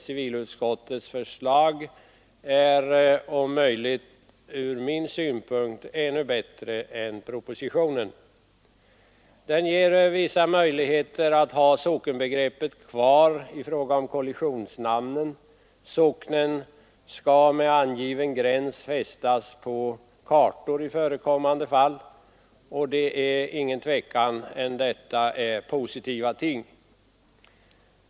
Civilutskottets förslag är alltså ur min synpunkt om möjligt ännu bättre än propositionens. Det ger vissa möjligheter att bibehålla sockenbegreppet i kollisionsfallen. Socknen skall med angiven gräns i förekommande fall anges på kartan. Det är ingen tvekan om att detta är en positiv sak.